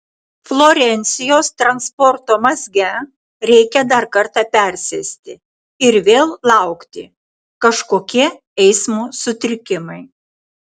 florencijos transporto mazge reikia dar kartą persėsti ir vėl laukti kažkokie eismo sutrikimai